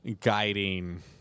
guiding